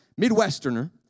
Midwesterner